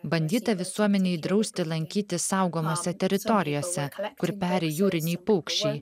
bandyta visuomenei drausti lankytis saugomose teritorijose kur peri jūriniai paukščiai